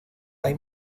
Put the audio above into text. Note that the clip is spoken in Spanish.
hay